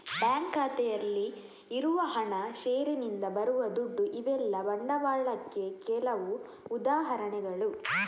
bank ಖಾತೆಯಲ್ಲಿ ಇರುವ ಹಣ, ಷೇರಿನಿಂದ ಬರುವ ದುಡ್ಡು ಇವೆಲ್ಲ ಬಂಡವಾಳಕ್ಕೆ ಕೆಲವು ಉದಾಹರಣೆಗಳು